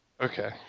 Okay